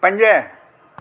पंज